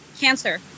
Cancer